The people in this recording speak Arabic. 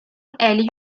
آلي